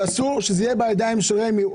אסור שזה יהיה בידיים של רמ"י.